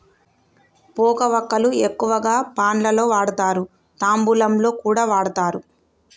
పోక వక్కలు ఎక్కువగా పాన్ లలో వాడుతారు, తాంబూలంలో కూడా వాడుతారు